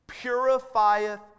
purifieth